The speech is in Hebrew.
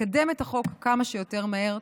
לקדם את החוק כמה שיותר מהר.